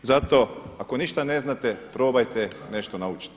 Zato ako ništa ne znate, probajte nešto naučiti.